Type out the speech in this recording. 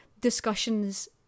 discussions